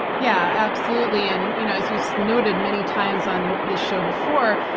yeah, absolutely. and you know as we've noted many times on the show before,